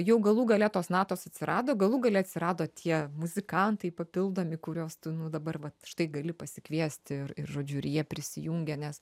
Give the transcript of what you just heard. jau galų gale tos natos atsirado galų gale atsirado tie muzikantai papildomi kurios tu dabar vat štai gali pasikviesti ir ir žodžiu jie prisijungia nes